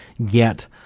get